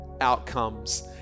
outcomes